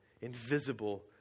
invisible